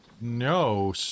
no